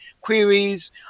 queries